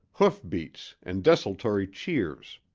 hoof-beats and desultory cheers.